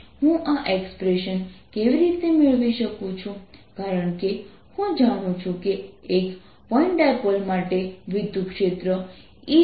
અસરકારક રીતે શૂન્ય કારણ કે મોટા R તમને કેન્દ્રમાં ખૂબ નાનું ક્ષેત્ર આપશે